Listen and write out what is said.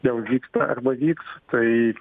jau vyksta arba vyks tai